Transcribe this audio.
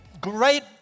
Great